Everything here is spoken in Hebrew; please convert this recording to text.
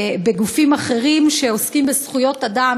בגופים אחרים שעוסקים בזכויות אדם,